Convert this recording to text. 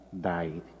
died